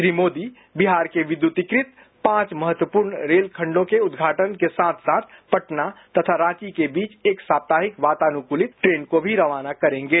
श्री मोदी बिहार के विद्वतीकृत पांच महत्यूर्ण रेल खंडों के उदघाटन के साथ साथ पटना तथा रांची के बीच एक साप्ताहिक वातानुकूलित ट्रेन को भी रवाना करेंगे